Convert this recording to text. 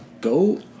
go